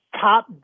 top